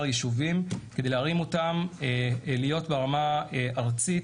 יישובים כדי להרים אותם להיות ברמה ארצית,